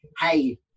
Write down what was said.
Hey